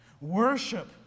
Worship